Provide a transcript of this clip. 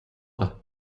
aura